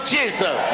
Jesus